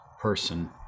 person